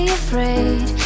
afraid